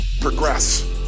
progress